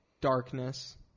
darkness